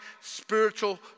spiritual